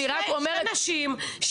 יש לך כאן שתי נשים,